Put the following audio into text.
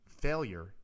failure